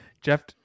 Jeff